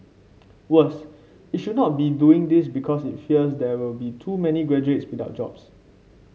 worse it should not be doing this because it fears there will be too many graduates without jobs